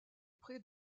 prés